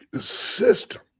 system